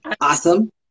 Awesome